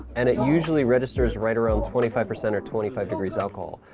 and it usually registers right around twenty five percent or twenty five degrees alcohol,